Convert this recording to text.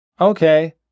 Okay